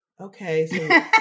okay